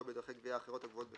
בדרכי גביה אחרות הקבועות בחיקוק.